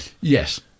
yes